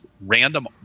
random